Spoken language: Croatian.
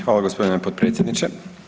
Hvala gospodine potpredsjedniče.